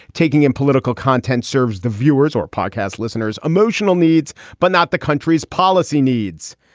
taking in political content serves the viewers or podcast listeners emotional needs, but not the country's policy needs.